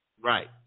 Right